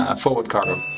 ah forward cargo.